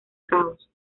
caos